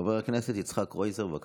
חבר הכנסת יצחק קרויזר, בבקשה.